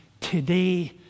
today